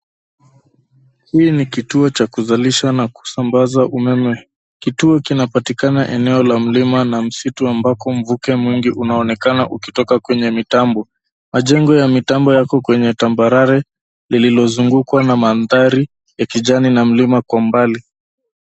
Hii ni kituo cha kuzalisha na kusambaza umeme. Kituo kinapatikana eneo la mlima na msitu ambako mvuke mwingi unaonekana ukitoka kwenye mitambo. Majengo ya mitambo yako kwenye tambarare lililozungukwa na mandhari ya kijani na mlima kwa mbali.